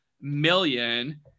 million